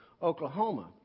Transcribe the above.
Oklahoma